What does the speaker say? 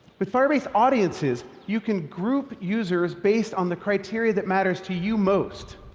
with firebase audiences, you can group users based on the criteria that matters to you most,